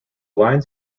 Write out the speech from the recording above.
lines